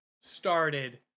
started